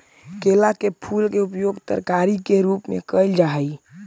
केला के फूल के उपयोग तरकारी के रूप में कयल जा हई